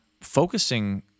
focusing